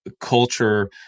Culture